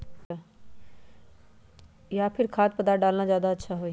या फिर खाद्य पदार्थ डालना ज्यादा अच्छा होई?